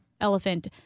elephant